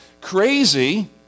crazy